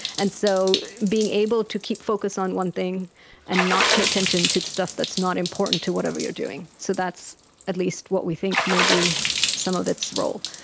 and so being able to keep focus on one thing and not pay attention to the stuff that's not important to whatever you're doing. so that's at least what we think may be some of its role.